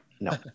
No